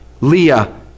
Leah